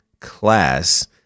class